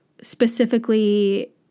specifically